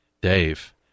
Dave